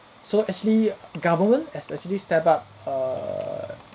so actually government has actually step up err